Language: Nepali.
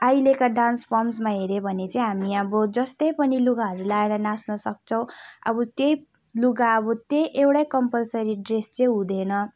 अहिलेका डान्स फर्म्समा हेर्यो भने चाहिँ हामी अब जस्तै पनि लुगाहरू लगाएर नाच्न सक्छौँ अब त्यही लुगा अब त्यही एउटै कम्पलसरी ड्रेस चाहिँ हुँदैन